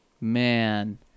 Man